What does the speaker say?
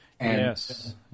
Yes